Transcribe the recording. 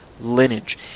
lineage